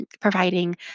providing